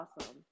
awesome